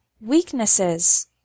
Weaknesses